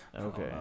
Okay